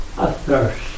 athirst